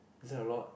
is that a lot